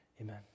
Amen